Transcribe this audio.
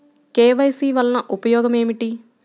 KYC వలన ఉపయోగం ఏమిటీ?